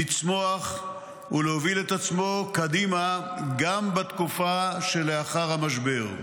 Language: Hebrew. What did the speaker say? לצמוח ולהוביל את עצמו קדימה גם בתקופה שלאחר המשבר.